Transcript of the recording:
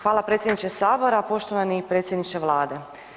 Hvala predsjedniče sabora, poštovani predsjedniče vlade.